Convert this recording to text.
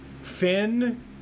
Finn